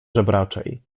żebraczej